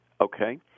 Okay